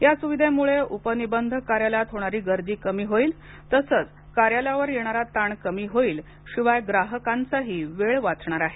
या सुविधेमुळं उपनिबंधक कार्यालयात होणारी गर्दी कमी होईल तसंच कार्यालयावर येणारा ताण कमी होईल शिवाय ग्राहकांचाही वेळ वाचणार आहे